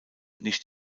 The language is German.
nicht